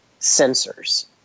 sensors